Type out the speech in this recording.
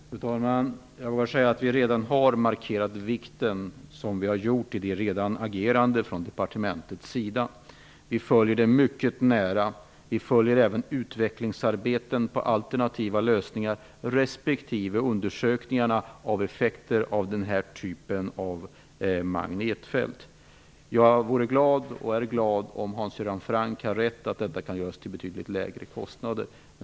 Fru talman! Jag vågar säga att vi redan har markerat vikten genom det sätt departementet har agerat. Vi följer ärendet mycket nära, och vi följer arbetet på att utveckla alternativa lösningar respektive undersökningarna av effekterna av den typen av magnetfält. Jag skulle bli glad om Hans Göran Franck har rätt i att detta arbete kan göras till betydligt lägre kostnader.